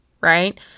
right